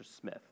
Smith